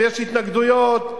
ויש התנגדויות,